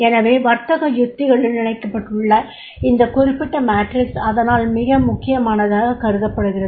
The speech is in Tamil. எனவே வர்த்தக யுக்திகளுடன் இணைக்கப்பட்டுள்ள இந்த குறிப்பிட்ட மேட்ரிக்ஸ் அதனால் மிக முக்கியமானதாகக் கருதப்படுகிறது